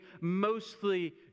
mostly